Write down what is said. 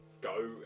go